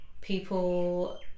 people